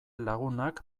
lagunak